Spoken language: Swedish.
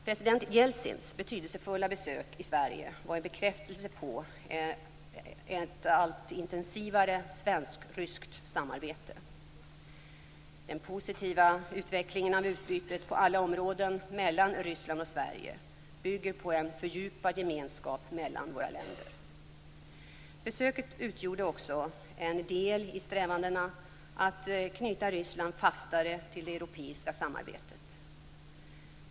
President Jeltsins betydelsefulla besök i Sverige var en bekräftelse på ett allt intensivare svensk-ryskt samarbete. Den positiva utvecklingen av utbytet på alla områden mellan Ryssland och Sverige bygger på en fördjupad gemenskap mellan våra länder. Besöket utgjorde också en del i strävandena att knyta Ryssland fastare till det europeiska samarbetet.